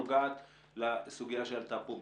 נוגעת לסוגיה שעלתה פה בסוף.